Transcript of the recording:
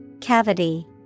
cavity